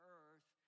earth